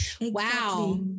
wow